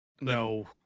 No